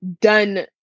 done